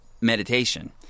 meditation